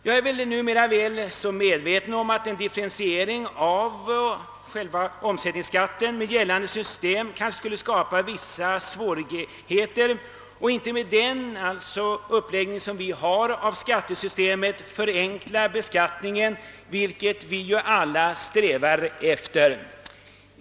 Jag är numera väl medveten om att en differentiering av omsättningsskatten med gällande system kanske skulle skapa vissa svårigheter och inte med den uppläggning vi har av skattesystemet förenkla beskattningen, vilket vi ju alla strävar efter.